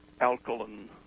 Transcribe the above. Alkaline